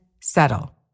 settle